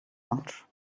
much